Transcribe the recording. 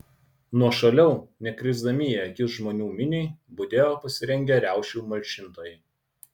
nuošaliau nekrisdami į akis žmonių miniai budėjo pasirengę riaušių malšintojai